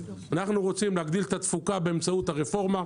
אנחנו רוצים להגדיל את התפוקה באמצעות הרפורמה,